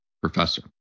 professor